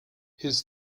his